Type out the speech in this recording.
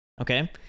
okay